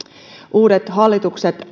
uudet hallitukset